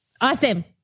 awesome